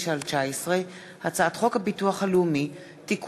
פ/2499/19 וכלה בהצעת חוק פ/2506/19 הצעת חוק הביטוח הלאומי (תיקון,